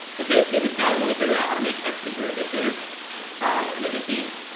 but basically this guy is wanting to figure out how to make tech super addictive and the dick dean,